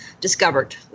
discovered